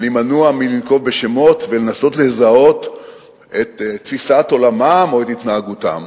אני מנוע מלנקוב בשמות ולנסות לזהות את תפיסת עולמם או את התנהגותם.